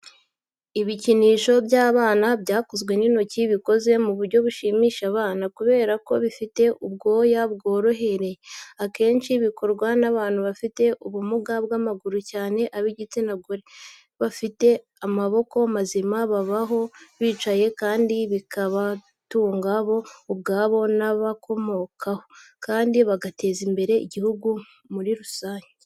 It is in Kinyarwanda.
Ibikinisho by'abana byakozwe n’intoki, bikoze mu buryo bushimisha abana, kubera ko bifite ubwoya bworohereye, akenshi bikorwa n'abantu bafite ubumuga bw'amaguru cyane ab'igitsina gore, bafite amaboko mazima, baboha bicaye kandi bikabatunga bo ubwabo n'ababakomokaho, kandi bagateza imbere n'igihugu muri rusange.